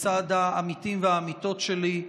לצד העמיתים והעמיתות שלי,